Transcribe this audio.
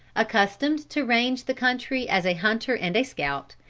accustomed to range the country as a hunter and a scout,